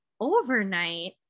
overnight